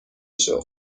شغل